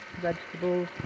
vegetables